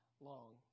long